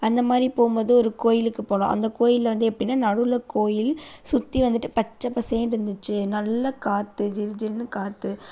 அந்த மாதிரி போகும் போது ஒரு கோயிலுக்கு போகலாம் அந்த கோயில்ல வந்து எப்படின்னா நடுவில் கோயில் சுற்றி வந்துட்டு பச்சை பசேலுன்னு இருந்துச்சு நல்ல காற்று ஜில்ஜிலுனு காற்று